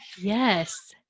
Yes